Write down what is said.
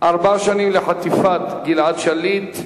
ארבע שנים לחטיפת גלעד שליט,